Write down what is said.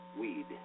weed